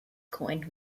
coin